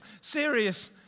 serious